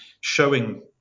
showing